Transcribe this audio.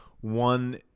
one